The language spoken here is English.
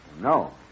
No